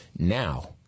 Now